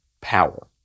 power